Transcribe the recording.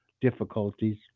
difficulties